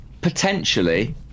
Potentially